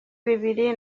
bibiri